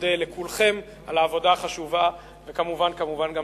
מודה לכולכם על העבודה החשובה, וכמובן כמובן גם